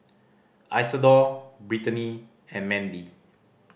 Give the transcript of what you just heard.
Isadore Brittnee and Mandie